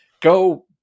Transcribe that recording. go